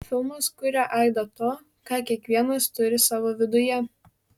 filmas kuria aidą to ką kiekvienas turi savo viduje